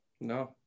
No